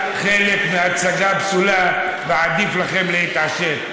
פסולה, חלק מההצגה פסולה, ועדיף לכם להתעשת.